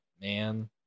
man